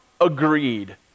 agreed